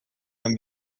and